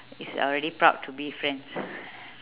is already proud to be friends